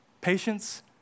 patience